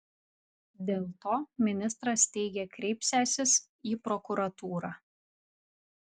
dėl to ministras teigė kreipsiąsis į prokuratūrą